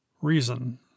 Reason